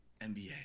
NBA